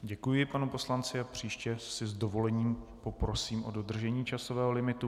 Děkuji panu poslanci a příště s dovolením poprosím o dodržení časového limitu.